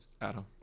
Adam